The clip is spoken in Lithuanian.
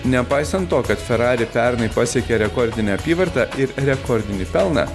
nepaisant to kad ferrari pernai pasiekė rekordinę apyvartą ir rekordinį pelną